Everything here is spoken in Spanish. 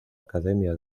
academia